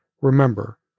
Remember